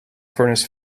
furness